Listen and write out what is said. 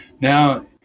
Now